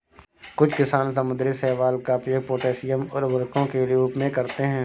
कुछ किसान समुद्री शैवाल का उपयोग पोटेशियम उर्वरकों के रूप में करते हैं